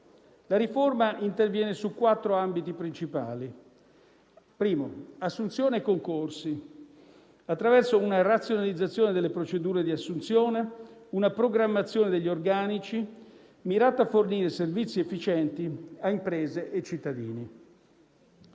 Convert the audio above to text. La riforma interviene su quattro ambiti principali: assunzioni e concorsi, mediante una razionalizzazione delle procedure di assunzione e una programmazione degli organici mirata a fornire servizi efficienti a imprese e cittadini;